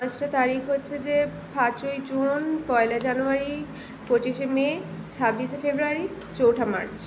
পাঁচটা তারিখ হচ্ছে যে পাঁচই জুন পয়লা জানুয়ারি পঁচিশে মে ছাব্বিশে ফেব্রুয়ারি চৌঠা মার্চ